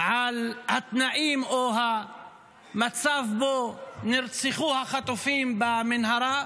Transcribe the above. על התנאים או המצב שבו נרצחו החטופים במנהרה,